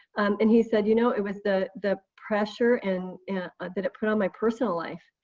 and he said, you know it was the the pressure and ah that it put on my personal life,